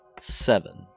Seven